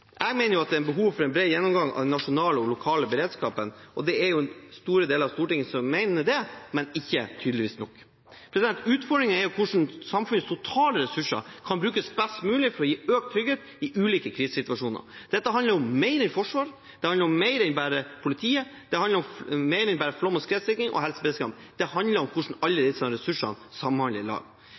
Jeg mener at det er behov for en bred gjennomgang av den nasjonale og lokale beredskapen, og det er jo store deler av Stortinget som mener det, men tydeligvis ikke nok. Utfordringen er hvordan samfunnets totale ressurser kan brukes best mulig for å gi økt trygghet i ulike krisesituasjoner. Dette handler om mer enn forsvar, det handler om mer enn bare politiet, det handler om mer enn bare flom- og skredsikring og helseberedskapen – det handler om hvordan alle disse ressursene samhandler.